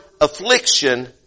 affliction